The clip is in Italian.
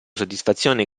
soddisfazione